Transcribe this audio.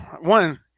one